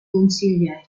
consiglieri